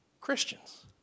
Christians